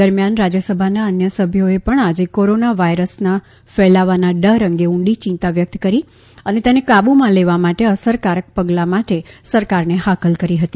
દરમિયાન રાજયસભાના અન્ય સભ્યોએ પણ આજે કોરોના વાયરસના ફેલાવાના ડર અંગે ઉંડી ચિંતા વ્યકત કરી હતી અને તેને કાબુમાં લેવા માટે અસરકારક પગલાં માટે સરકારને હાકલ કરી હતી